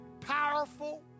Powerful